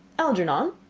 algernon.